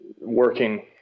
working